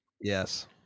Yes